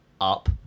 up